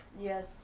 Yes